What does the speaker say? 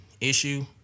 issue